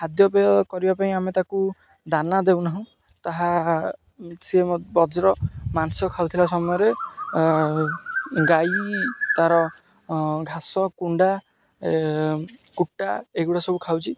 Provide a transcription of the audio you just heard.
ଖାଦ୍ୟପେୟ କରିବା ପାଇଁ ଆମେ ତାକୁ ଦାନା ଦେଉନାହୁଁ ତାହା ସିଏ ମ ବଜ୍ର ମାଂସ ଖାଉଥିଲା ସମୟରେ ଗାଈ ତା'ର ଘାସ କୁଣ୍ଡା କୁଟା ଏଗୁଡ଼ା ସବୁ ଖାଉଛି